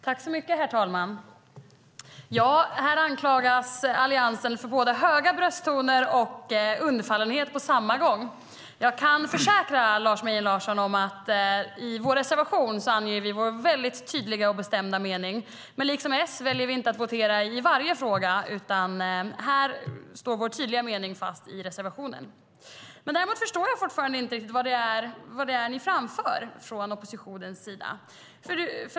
Herr talman! Här anklagas Alliansen både för att ta till höga brösttoner och för att vara undfallande. Jag kan försäkra Lars Mejern Larsson att vi i vår reservation anger vår tydliga och bestämda mening. Men liksom Socialdemokraterna vill vi inte ha votering i varje fråga. Men jag förstår fortfarande inte riktigt vad det är ni framför från oppositionens sida.